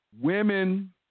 Women